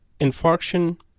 infarction